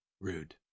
Rude